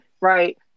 right